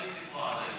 לא הייתי פה עד היום.